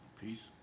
Peace